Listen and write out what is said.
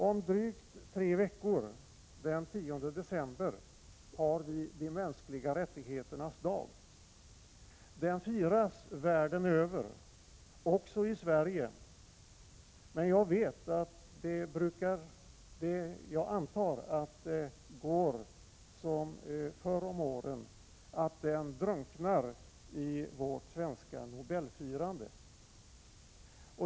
Om drygt tre veckor, den 10 december, har vi de mänskliga rättigheternas dag. Den firas världen över, också i Sverige. Men jag antar att det går som förr om åren, att den drunknar i vårt svenska Nobelfirande.